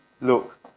Look